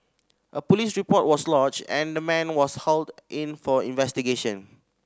a police report was lodged and the man was hauled in for investigation